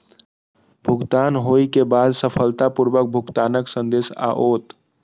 भुगतान होइ के बाद सफलतापूर्वक भुगतानक संदेश आओत